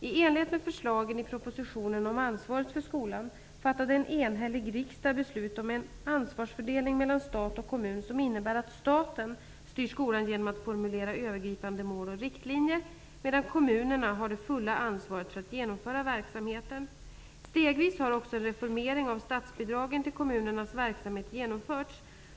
I enlighet med förslagen i propositionen om ansvaret för skolan fattade en enhällig riksdag beslut om en ansvarsfördelning mellan stat och kommun, som innebär att staten styr skolan genom att formulera övergripande mål och riktlinjer, medan kommunerna har det fulla ansvaret för att genomföra verksamheten. Stegvis har också en reformering av statsbidragen till kommunernas verksamhet genomförts.